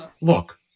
Look